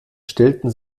stellten